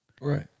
Right